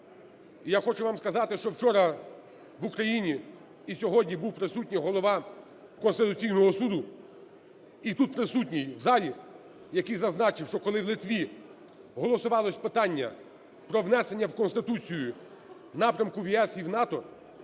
Я хочу вам сказати, що вчора в Україні і сьогодні був присутній Голова Конституційного Суду, і тут присутній в залі, який зазначив, що коли в Литві голосувалось питання про внесення в Конституцію напрямку в ЄС і в НАТО,